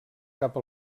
cap